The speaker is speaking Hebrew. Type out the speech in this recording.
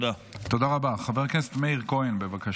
לא לפי